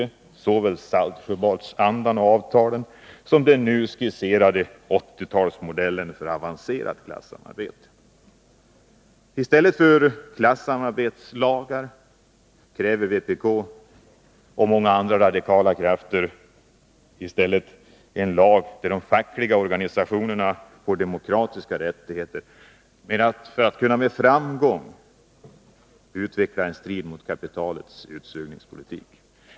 Vi är emot såväl Saltsjöbadsandan som den nu skisserade 80-talsmodellen för avancerat klassamarbete. I stället för klassamarbetslagar kräver vpk och många andra radikala krafter en lag som ger de fackliga organisationerna demokratiska rättigheter, så att de med framgång kan genomföra en utveckling i strid med kapitalets utsugningspolitik.